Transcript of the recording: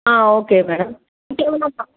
okay madam ఇంకేమన్న